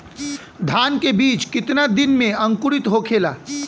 धान के बिज कितना दिन में अंकुरित होखेला?